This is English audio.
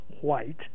white